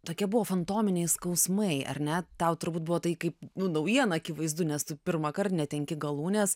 tokie buvo fantominiai skausmai ar ne tau turbūt buvo tai kaip nu naujiena akivaizdu nes tu pirmąkart netenki galūnės